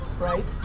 right